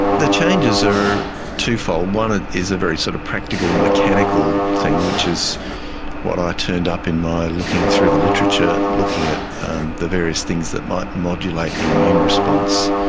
the changes are twofold. one ah is a very sort of practical mechanical thing which is what i turned up in my looking through the literature looking at um the various things that might modulate the immune response.